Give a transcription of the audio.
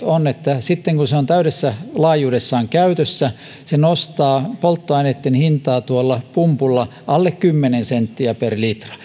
on että sitten kun se on täydessä laajuudessaan käytössä se nostaa polttoaineitten hintaa pumpulla alle kymmenen senttiä per litra